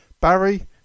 Barry